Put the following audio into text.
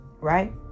Right